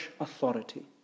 authority